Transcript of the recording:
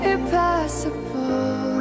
Impossible